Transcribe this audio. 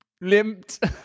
limped